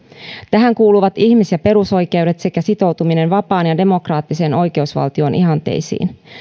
tähän kuuluvat ihmis ja perusoikeudet sekä sitoutuminen vapaan ja demokraattisen oikeusvaltion ihanteisiin